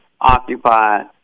occupied